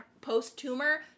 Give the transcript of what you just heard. post-tumor